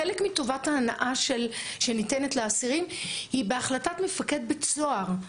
חלק מטובת ההנאה שניתנת לאסירים היא בהחלטת מפקד בית סוהר.